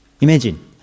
Imagine